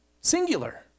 Singular